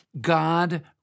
God